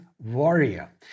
warrior